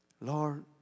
Lord